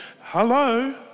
Hello